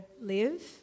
live